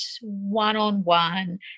one-on-one